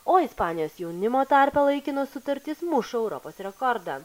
o ispanijos jaunimo tarpe laikinos sutartys muša europos rekordą